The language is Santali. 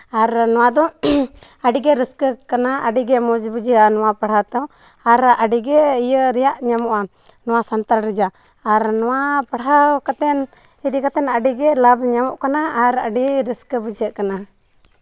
ᱟᱨ ᱱᱚᱣᱟ ᱫᱚ ᱟᱹᱰᱤ ᱜᱮ ᱨᱟᱹᱥᱠᱟᱹ ᱠᱟᱱᱟ ᱟᱹᱰᱤ ᱜᱮ ᱢᱚᱡᱽ ᱵᱩᱡᱷᱟᱹᱜᱼᱟ ᱱᱚᱣᱟ ᱯᱟᱲᱦᱟᱣ ᱛᱚ ᱟᱨ ᱟᱹᱰᱤ ᱜᱮ ᱤᱭᱟᱹ ᱨᱮᱭᱟᱜ ᱧᱟᱢᱚᱜᱼᱟ ᱱᱚᱣᱟ ᱥᱟᱱᱛᱟᱲ ᱨᱮᱭᱟᱜ ᱟᱨ ᱱᱚᱣᱟ ᱯᱟᱲᱦᱟᱣ ᱠᱟᱛᱮ ᱤᱫᱤ ᱠᱟᱛᱮ ᱟᱹᱰᱤ ᱜᱮ ᱞᱟᱵᱽ ᱧᱟᱢᱚᱜ ᱠᱟᱱᱟ ᱟᱨ ᱟᱹᱰᱤ ᱨᱟᱹᱥᱠᱟᱹ ᱵᱩᱡᱷᱟᱹᱜ ᱠᱟᱱᱟ